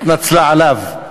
התנצלה עליו.